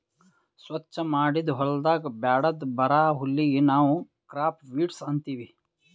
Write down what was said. ಸ್ವಚ್ ಮಾಡಿದ್ ಹೊಲದಾಗ್ ಬ್ಯಾಡದ್ ಬರಾ ಹುಲ್ಲಿಗ್ ನಾವ್ ಕ್ರಾಪ್ ವೀಡ್ಸ್ ಅಂತೀವಿ